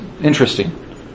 Interesting